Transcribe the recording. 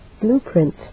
blueprint